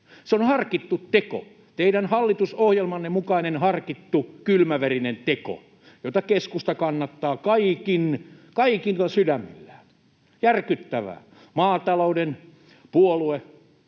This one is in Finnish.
Se on harkittu teko, teidän hallitusohjelmanne mukainen harkittu, kylmäverinen teko, jota keskusta kannattaa kaikilla sydämillään. Järkyttävää. Maatalouden puolue